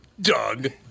Doug